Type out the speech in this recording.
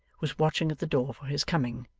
was watching at the door for his coming,